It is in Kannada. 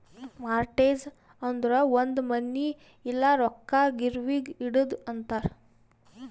ಮಾರ್ಟ್ಗೆಜ್ ಅಂದುರ್ ಒಂದ್ ಮನಿ ಇಲ್ಲ ರೊಕ್ಕಾ ಗಿರ್ವಿಗ್ ಇಡದು ಅಂತಾರ್